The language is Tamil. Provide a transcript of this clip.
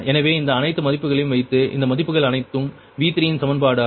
எனவே இந்த அனைத்து மதிப்புகளையும் வைத்து இந்த மதிப்புகள் அனைத்தும் V3 இன் சமன்பாடு ஆகும்